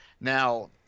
Now